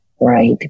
right